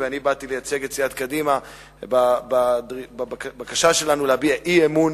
אני באתי לייצג את סיעת קדימה בבקשה שלנו להביע אי-אמון